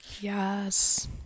Yes